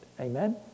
Amen